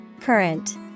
Current